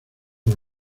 los